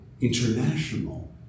international